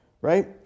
right